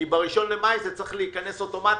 כי ב-1 במאי זה צריך להיכנס אוטומטית.